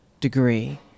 degree